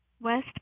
West